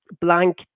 blank